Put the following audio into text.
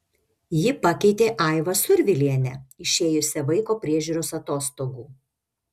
ji pakeitė aivą survilienę išėjusią vaiko priežiūros atostogų